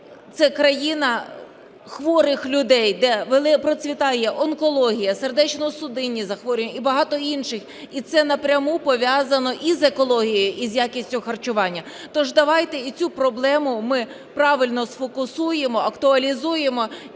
це країна хворих людей, де процвітає онкологія, серцево-судинні захворювання і багато інших. І це напряму пов'язано і з екологією, і з якістю харчування. То ж давайте і цю проблему ми правильно сфокусуємо, актуалізуємо